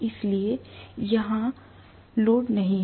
इसलिए यह यहां लोड नहीं है